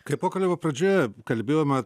kai pokalbio pradžioje kalbėjome